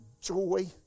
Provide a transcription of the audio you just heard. joy